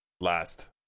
last